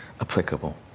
applicable